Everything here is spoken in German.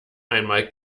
einmal